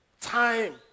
time